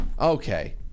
okay